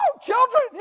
children